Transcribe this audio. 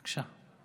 בבקשה.